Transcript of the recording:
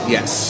Yes